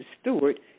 Stewart